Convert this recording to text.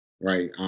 right